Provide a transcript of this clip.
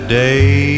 day